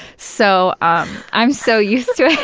so um i'm so used to it,